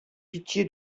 pitié